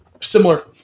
similar